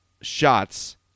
shots